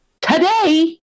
today